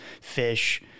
fish